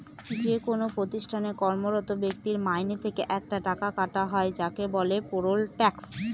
যেকোনো প্রতিষ্ঠানে কর্মরত ব্যক্তির মাইনে থেকে একটা টাকা কাটা হয় যাকে বলে পেরোল ট্যাক্স